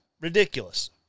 ridiculous